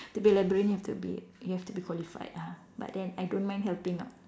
to be librarian you have to be you have to be qualified ah but then I don't mind helping out